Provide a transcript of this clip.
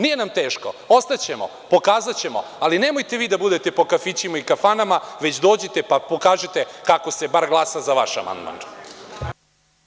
Nije nam teško, ostaćemo, pokazaćemo, ali nemojte vi da budete po kafićima i kafanama, već dođite pa pokažite kako se bar glasa za vaš amandman.